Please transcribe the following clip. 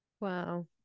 Wow